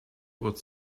would